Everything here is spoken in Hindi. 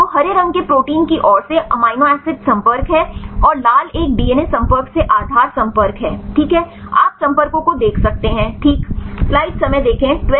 तो हरे रंग के प्रोटीन की ओर से एमिनो एसिड संपर्क हैं और लाल एक डीएनए संपर्क से आधार संपर्क हैं ठीक है आप संपर्कों को देख सकते हैं